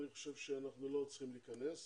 אני חושב שאנחנ לא צריכים להיכנס אליהם.